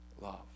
love